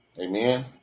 Amen